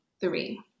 three